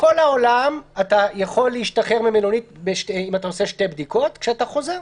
בכל העולם אתה יכול להשתחרר ממלונית אם אתה עושה שתי בדיקות כשאתה חוזר.